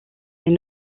est